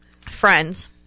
friends